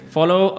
Follow